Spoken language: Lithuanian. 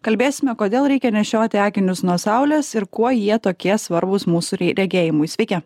kalbėsime kodėl reikia nešioti akinius nuo saulės ir kuo jie tokie svarbūs mūsų regėjimui sveiki